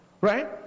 Right